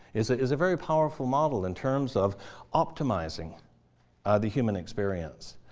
is ah is a very powerful model in terms of optimizing the human experience.